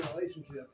relationship